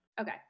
Okay